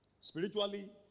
Spiritually